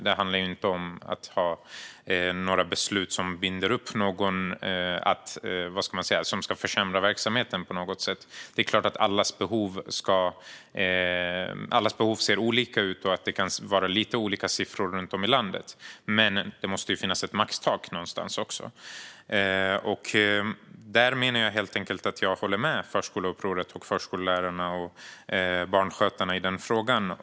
Det handlar inte om att fatta några beslut som binder upp någon att försämra verksamheten på något sätt. Det är klart att allas behov ser olika ut och att det kan vara lite olika siffror runt om i landet, men det måste också finnas ett maxtak någonstans. Jag håller helt enkelt med förskoleupproret och förskollärarna och barnskötarna i denna fråga.